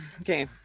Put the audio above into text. Okay